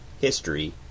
History